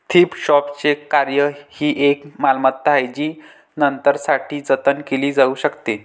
thrift शॉपचे कार्य ही एक मालमत्ता आहे जी नंतरसाठी जतन केली जाऊ शकते